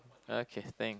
okay thank